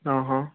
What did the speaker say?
હં હં